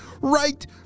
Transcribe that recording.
right